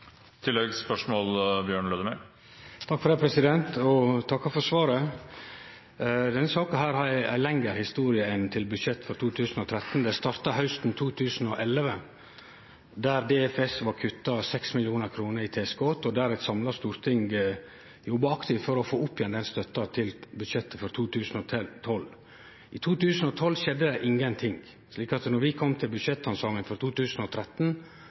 for svaret. Denne saka har ei lengre historie enn frå budsjettet for 2013. Det starta hausten 2011, da måtte DFS kutte 6 mill. kr i tilskot. Eit samla storting jobba aktivt for å få opp igjen støtta i budsjettet for 2012. I 2012 skjedde det ikkje noko. Da vi kom til budsjetthandsaminga for 2013,